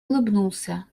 улыбнулся